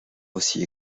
aussi